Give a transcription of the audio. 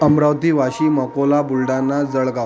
Amravati Washim Akola Buldhana Jalgaon